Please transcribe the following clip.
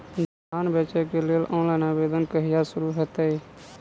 धान बेचै केँ लेल ऑनलाइन आवेदन कहिया शुरू हेतइ?